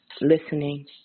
listening